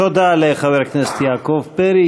תודה לחבר הכנסת יעקב פרי.